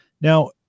Now